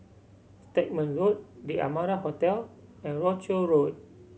Stagmont Road The Amara Hotel and Rochor Road